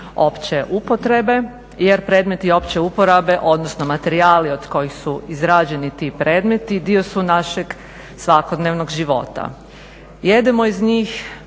opće upotrebe, jer predmeti opće uporabe, odnosno materijali od kojih su izrađeni ti predmeti dio su našeg svakodnevnog života. Jedemo iz njih,